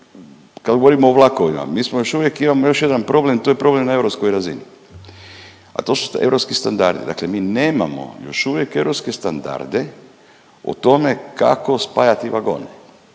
kad govorimo o vlakovima, mi smo još uvijek, imamo još jedan problem, a to je problem na europskoj razini, a to su ti europski standardi, dakle mi nemamo još uvijek europske standarde o tome kako spajati vagone.